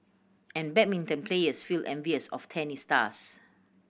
and badminton players feel envious of tennis stars